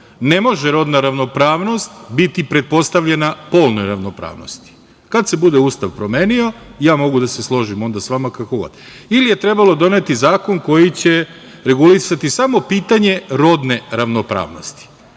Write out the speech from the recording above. ne može rodna ravnopravnost biti pretpostavljena polnoj ravnopravnosti. Kada se bude Ustav promenio, ja mogu da se složim onda sa vama kako god. Ili je trebalo doneti zakon koji će regulisati samo pitanje rodne ravnopravnosti.